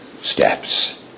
steps